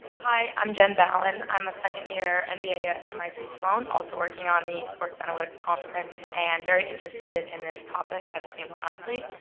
hi, i'm jen ballin. i'm a second year and mba at mit sloan, also working on the sports analytics conference, and very interested in this topic as a female athlete.